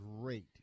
great